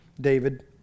David